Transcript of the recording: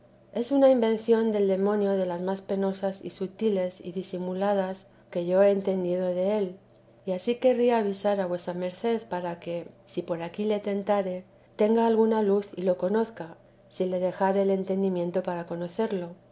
es una invención del demonio de las más penosas y sutiles y disimuladas que yo he entendido del y ansí querría avisar a vuesa merced para que si por aquí le tentare tenga alguna luz y lo conozca si le dejare el entendimiento para conocerlo